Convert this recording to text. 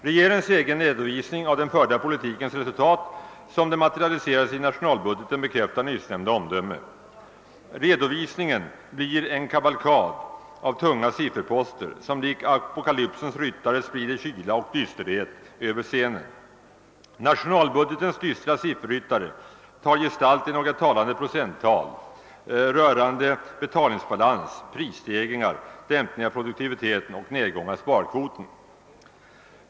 Regeringens egen redovisning av den förda politikens resultat sådan som den materialiserar sig i nationalbudgeten bekräftar nyssnämnda omdöme. Redovisningen blir en kavalkad av tunga sifferposter som likt apokalypsens ryttare sprider kyla och dysterhet över scenen. Nationalbudgetens dystra sifferryttare tar gestalt i några talande procenttal rörande betalningsbalans, prisstegringar, dämpning av produktiviteten och nedgång av av sparkvoten.